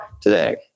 today